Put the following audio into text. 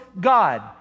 God